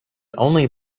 only